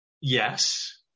yes